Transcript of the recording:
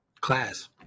Class